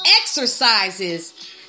exercises